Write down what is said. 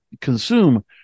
consume